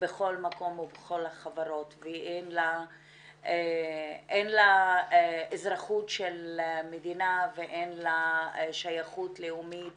בכל מקום ובכל החברות ואין לה אזרחות של מדינה ואין לה שייכות לאומית